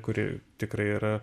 kuri tikrai yra